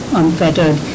unfettered